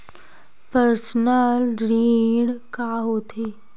Personal ऋण का होथे?